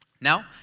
Now